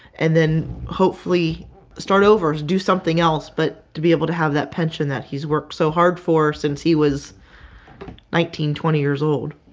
and then hopefully start over, do something else, but to be able to have that pension that he's worked so hard for since he was nineteen, twenty years old.